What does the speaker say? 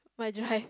my drive